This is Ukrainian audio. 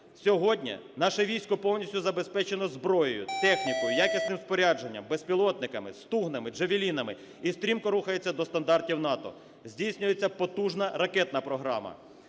Сьогодні наше військо повністю забезпечене зброєю, технікою, якісним спорядженням, безпілотниками, "стугнами", "джавелінами" і стрімко рухається до стандартів НАТО. Здійснюється потужна ракетна програма.